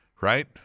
right